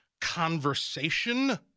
conversation